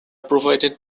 provided